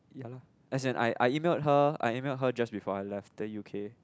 ya lah as in I I email her I email her just before I left the U_K